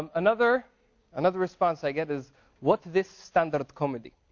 um another another response i get is what this standard comedy?